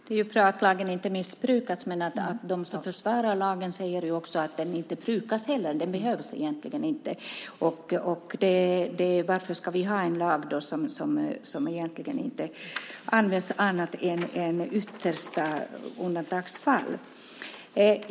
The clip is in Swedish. Fru talman! Det är ju bra att lagen inte missbrukas, men de som försvarar lagen säger ju också att den inte heller brukas - den behövs egentligen inte. Varför ska vi ha en lag som egentligen inte används annat än i yttersta undantagsfall?